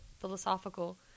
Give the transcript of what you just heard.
philosophical